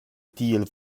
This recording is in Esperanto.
tiel